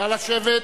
נא לשבת.